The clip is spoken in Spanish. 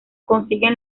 consiguen